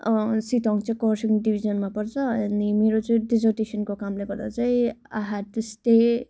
sitting चाहिँ कर्सियङ् डिभिजनमा पर्छ अनि मेरो चाहिँ डिजर्टेसनको कामले गर्दा चाहिँ आई ह्यड टू स्टे